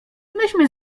myśmy